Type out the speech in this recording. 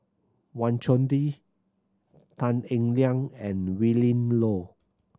Wang Chunde Tan Eng Liang and Willin Low